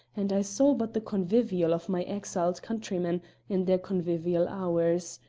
and i saw but the convivial of my exiled countrymen in their convivial hours.